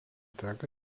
teka